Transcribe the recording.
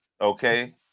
okay